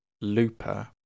Looper